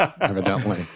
evidently